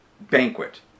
banquet